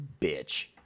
bitch